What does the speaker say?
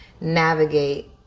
navigate